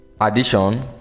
Addition